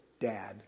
dad